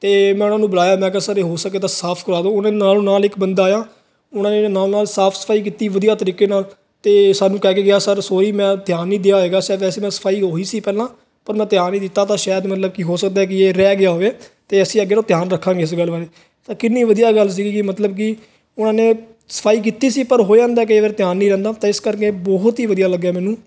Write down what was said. ਤੇ ਮੈਂ ਉਹਨਾਂ ਨੂੰ ਬੁਲਾਇਆ ਮੈਂ ਕਿਹਾ ਸਰ ਹੋ ਸਕੇ ਤਾਂ ਸਾਫ ਕਰਾ ਦੋ ਉਹਨੇ ਨਾਲੋ ਨਾਲ ਇੱਕ ਬੰਦਾ ਆ ਉਹਨਾਂ ਨੇ ਨਾਲ ਨਾਲ ਸਾਫ ਸਫਾਈ ਕੀਤੀ ਵਧੀਆ ਤਰੀਕੇ ਨਾਲ ਤੇ ਸਾਨੂੰ ਕਹਿ ਕੇ ਗਿਆ ਸਰ ਸੋਈ ਮੈਂ ਧਿਆਨ ਨਹੀਂ ਦਿਆ ਹੋਏਗਾ ਸ਼ਾਇਦ ਅਸੀਂ ਮੈਂ ਸਫਾਈ ਉਹੀ ਸੀ ਪਹਿਲਾਂ ਪਰ